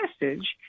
message